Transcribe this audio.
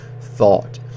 thought